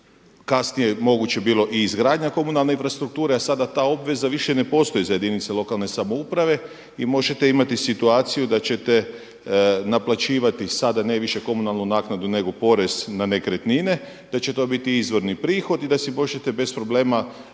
Kasnije je moguće bilo i izgradnja komunalne infrastrukture. Sada ta obveza više ne postoji za jedinice lokalne samouprave i možete imati situaciju da ćete naplaćivati sada ne više komunalnu naknadu nego porez na nekretnine, da će to biti izvorni prihod i da si možete bez problema